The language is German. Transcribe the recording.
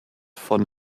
von